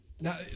now